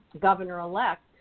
governor-elect